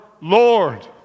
Lord